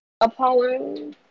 Apollo